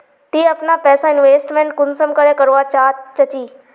ती अपना पैसा इन्वेस्टमेंट कुंसम करे करवा चाँ चची?